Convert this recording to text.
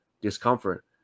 discomfort